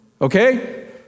okay